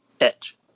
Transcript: Edge